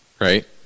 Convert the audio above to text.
Right